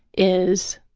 is